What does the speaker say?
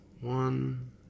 one